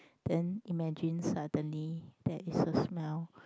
then imagine suddenly there is a smell